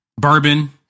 Bourbon